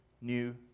new